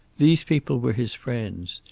these people were his friends.